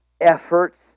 efforts